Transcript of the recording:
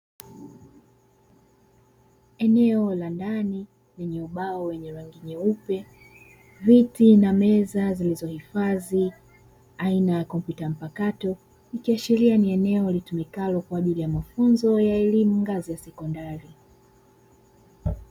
Eneo la ndani lenye ubao wenye rangi nyeupe. Viti na meza zilizohifadhi aina ya kompyuta mpakato, ikiashiria ni eneo linalotumikwa kwa ajili ya mafunzo ya elimu ngazi ya sekondari.